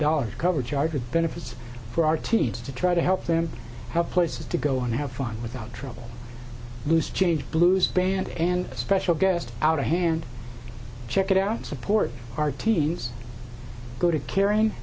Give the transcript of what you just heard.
dollars cover charge of benefits for our teams to try to help them have places to go and have fun without trouble loose change blues band and special guest out of hand check it out support our teens go to caring